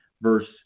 verse